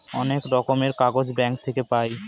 অনেক রকমের কাগজ ব্যাঙ্ক থাকে পাই